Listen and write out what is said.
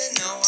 no